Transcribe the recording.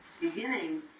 beginning